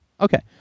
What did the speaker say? okay